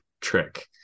trick